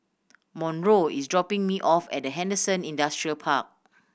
Monroe is dropping me off at Henderson Industrial Park